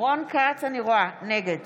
נגד